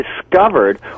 discovered